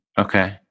Okay